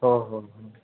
हो हो हो